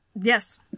Yes